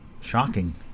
shocking